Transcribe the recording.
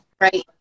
Right